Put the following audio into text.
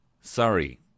Sorry